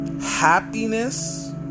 happiness